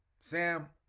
Sam